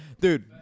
Dude